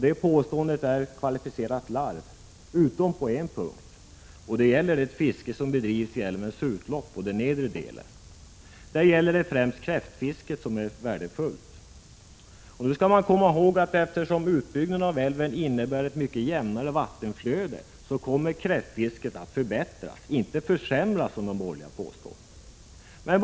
Det påståendet är kvalificerat larv, utom på en punkt, nämligen när det gäller det fiske som bedrivs i älvens utlopp och dess nedre del. Där bedrivs främst kräftfiske, som är mycket värdefullt. Men då skall man komma ihåg att eftersom en utbyggnad av älven innebär ett mycket jämnare vattenflöde, kommer kräftfisket att förbättras, inte försämras, som de borgerliga påstår.